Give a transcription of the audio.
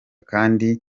kandi